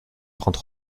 prends